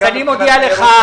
אני מודיע לך,